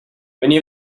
many